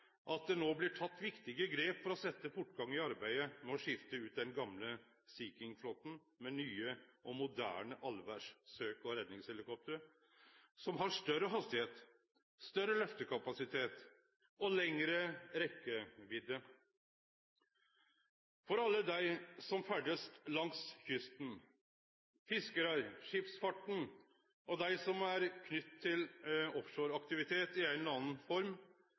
at det no blir teke viktige grep for å setje fortgang i arbeidet med å skifte ut den gamle Sea King-flåten med nye og moderne allvêrs søk- og redningshelikopter som har større hastigheit, større lyftekapasitet og lengre rekkevidde. For alle dei som ferdast langs kysten – fiskarar, skipsfarten, og dei som er knytte til offshore-aktivitet i ei eller anna form – må dagen i dag vere ein